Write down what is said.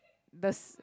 the